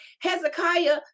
Hezekiah